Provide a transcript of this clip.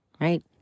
Right